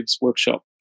Workshop